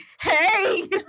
Hey